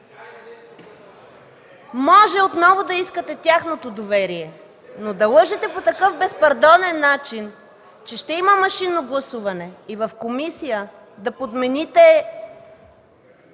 ...може отново да искате тяхното доверие, но да лъжете по такъв безпардонен начин, че ще има машинно гласуване и в комисия да подмените